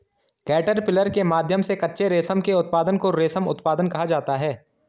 caterpillar के माध्यम से कच्चे रेशम के उत्पादन को रेशम उत्पादन कहा जाता है